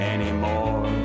Anymore